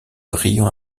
brillant